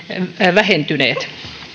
vähentyneet